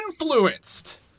Influenced